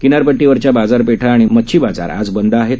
किनारपट्टीवरच्याबाजारपेठाआणिमच्छीबाजारआजबंदआहेत